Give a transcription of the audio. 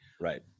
right